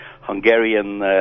Hungarian